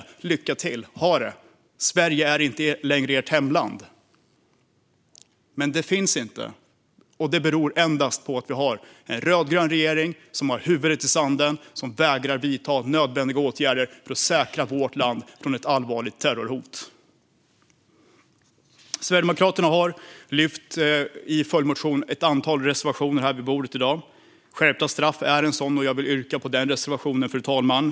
Lycka till! Ha det! Sverige är inte längre ert hemland." Något sådant finns dock inte. Det beror endast på att vi har en rödgrön regering som har huvudet i sanden och som vägrar att vidta nödvändiga åtgärder för att säkra vårt land från ett allvarligt terrorhot. Sverigedemokraterna har genom följdmotioner ett antal reservationer på bordet i dag. Skärpta straff är ett av förslagen, och jag vill yrka bifall till reservation 3, fru talman.